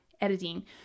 editing